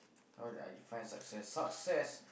how do I define success success